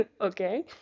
okay